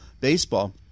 baseball